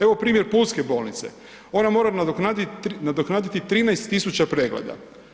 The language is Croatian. Evo primjer pulske bolnice, ona mora nadoknaditi 13 000 pregleda.